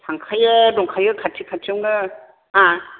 थांखायो दंखायो खाथि खाथियावनो हा